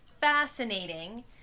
fascinating